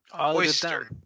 Oyster